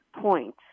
point